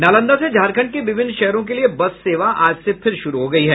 नालंदा से झारखंड के विभिन्न शहरों के लिये बस सेवा आज से फिर शुरू हो गयी है